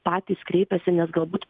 patys kreipiasi nes galbūt